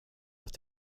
att